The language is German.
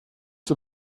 zur